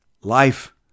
Life